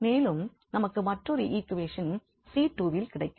மேலும் நமக்கு மற்றொரு ஈக்வேஷன் 𝐶2 இல் கிடைக்கும்